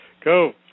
go